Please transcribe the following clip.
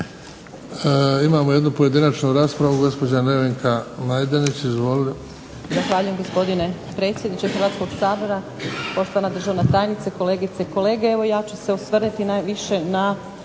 Imamo jednu pojedinačnu raspravu. Gospođa Nevenka Majdenić, izvolite.